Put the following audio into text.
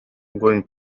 going